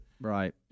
Right